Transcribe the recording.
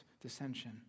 dissension